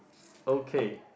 okay